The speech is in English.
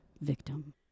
victim